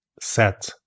set